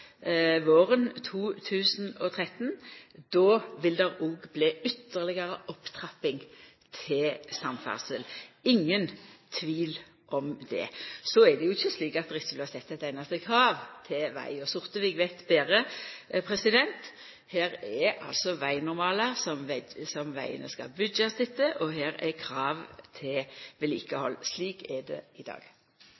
våren 2013. Då vil det bli ytterlegare opptrapping til samferdsel – ingen tvil om det. Så er det jo ikkje slik at vi ikkje har sett eit einaste krav til veg, Sortevik veit betre. Det er vegnormalar som vegane skal byggjast etter, og det er krav til